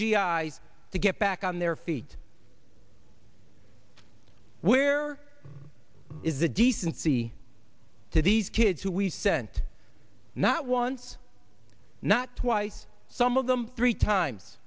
i to get back on their feet where is the decency to these kids who we sent not once not twice some of them three times